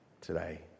today